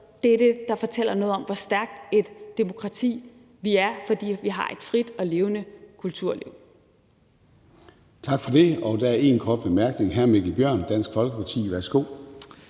Det er det, der fortæller noget om, hvor stærkt et demokrati vi er, altså at vi har et frit og levende kulturliv.